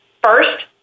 First